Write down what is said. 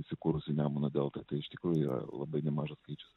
įsikūrusių nemuno deltoje tai iš tikrųjų yra labai nemažas skaičius